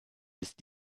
ist